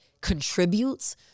contributes